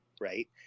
right